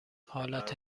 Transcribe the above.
حالت